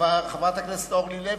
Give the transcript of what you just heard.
חברת הכנסת אורלי לוי,